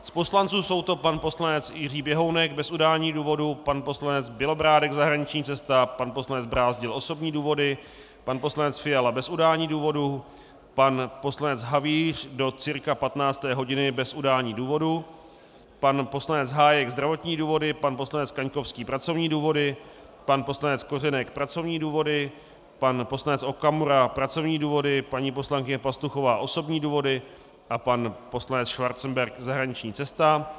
Z poslanců jsou to pan poslanec Jiří Běhounek bez udání důvodu, pan poslanec Bělobrádek zahraniční cesta, pan poslanec Brázdil osobní důvody, pan poslanec Fiala bez udání důvodu, pan poslanec Havíř do cca 15 hodin bez udání důvodu, pan poslanec Hájek zdravotní důvody, pan poslanec Kaňkovský pracovní důvody, pan poslanec Kořenek pracovní důvody, pan poslanec Okamura pracovní důvody, paní poslankyně Pastuchová osobní důvody a pan poslanec Schwarzenberg zahraniční cesta.